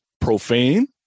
profane